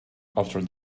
after